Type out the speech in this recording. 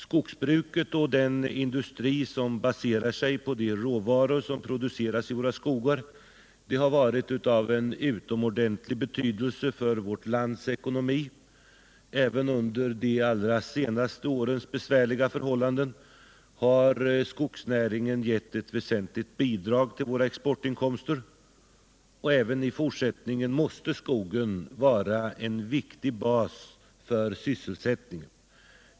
Skogsbruket och den industri som baserar sig på de råvaror som produceras i våra skogar har varit av utomordentlig betydelse för vårt lands ekonomi. Även under de allra senaste årens besvärliga förhållanden har skogsnäringen gett ett väsentligt bidrag till våra exportinkomster. Även i fortsättningen måste skogen vara en viktig bas för sysselsättningen.